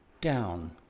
down